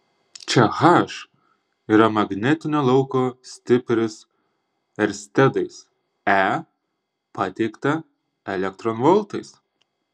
čia h yra magnetinio lauko stipris erstedais e pateikta elektronvoltais